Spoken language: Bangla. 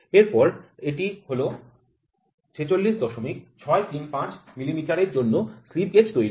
এরপরটি হল ৪৬৬৩৫ মিলিমিটারের জন্য স্লিপ গেজ তৈরি করা